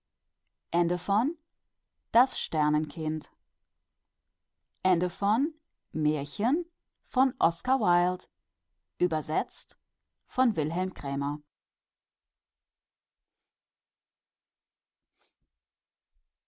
das sternenkind her